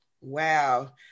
Wow